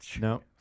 no